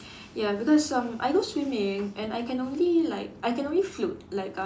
ya because some I go swimming and I can only like I can only float like um